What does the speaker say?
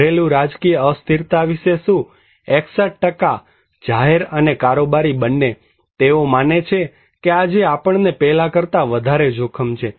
ઘરેલુ રાજકીય અસ્થિરતા વિશે શું 61 જાહેર અને કારોબારી બંને તેઓ માને છે કે આજે આપણને પહેલાં કરતાં વધારે જોખમ છે